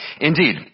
Indeed